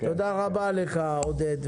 תודה רבה לך, עודד.